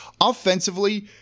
Offensively